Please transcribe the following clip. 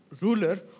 ruler